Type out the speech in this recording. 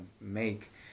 make